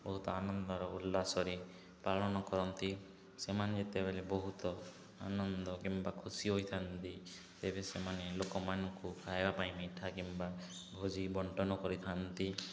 ବହୁତ ଆନନ୍ଦର ଉଲ୍ଲାସରେ ପାଳନ କରନ୍ତି ସେମାନେ ଯେତେବେଳେ ବହୁତ ଆନନ୍ଦ କିମ୍ବା ଖୁସି ହୋଇଥାନ୍ତି ତେବେ ସେମାନେ ଲୋକମାନଙ୍କୁ ଖାଇବା ପାଇଁ ମିଠା କିମ୍ବା ଭୋଜି ବଣ୍ଟନ କରିଥାନ୍ତି